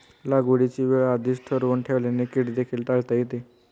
लागवडीची वेळ आधीच ठरवून ठेवल्याने कीड देखील टाळता येते